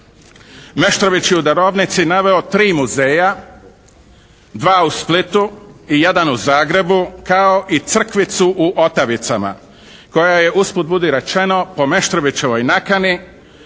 Meštrović je u darovnici naveo tri muzeja, dva u Splitu i jedan u Zagrebu kao i crkvicu u Otavicama koja je usput budi rečeno po Meštrovićevoj nakani